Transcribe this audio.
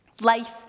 Life